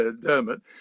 Dermot